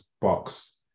box